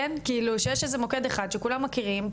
כאילו שיש איזה מוקד אחד שכולם מכירים,